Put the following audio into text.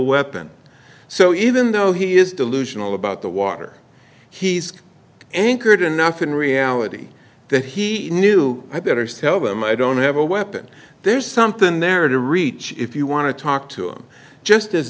weapon so even though he is delusional about the water he's anchored enough in reality that he knew i better sell them i don't have a weapon there's something there to reach if you want to talk to him just as